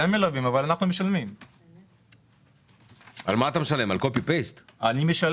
אנחנו מבקשים לוותר על ההפניה הזאת.